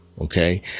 Okay